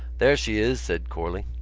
there she is! said corley.